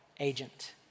Agent